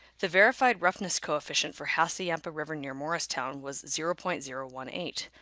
the verified roughness coefficient for hassayampa river near morristown was zero point zero one eight.